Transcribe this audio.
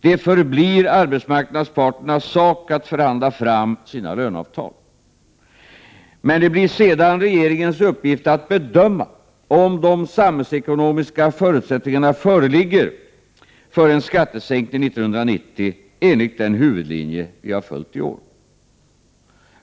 Det förblir arbetsmarknadsparternas sak att förhandla fram sina löneavtal. Men det blir sedan regeringens uppgift att bedöma om de samhällsekonomiska förutsättningarna föreligger för en skattesänkning 1990 enligt den huvudlinje som vi följt i år.